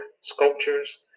sculptures